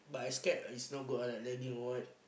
but I scared it's not good ah like lagging or what